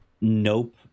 nope